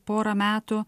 porą metų